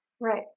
Right